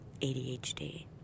ADHD